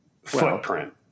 footprint